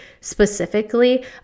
specifically